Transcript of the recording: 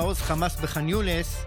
של חברי הכנסת יצחק פינדרוס,